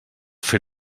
fer